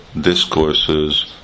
discourses